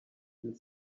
and